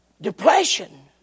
Depression